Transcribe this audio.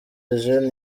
eugene